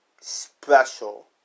special